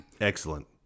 Excellent